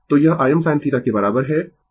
तो यह Im sinθ के बराबर है